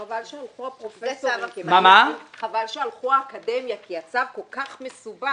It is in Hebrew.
חבל שהלכו אנשי האקדמיה כי הצו כל כך מסובך,